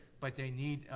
but they need,